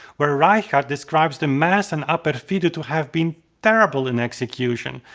where reichardt describes the mass and ah perfido to have been terrible in execution,